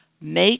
Make